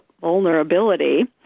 vulnerability